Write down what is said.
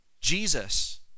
Jesus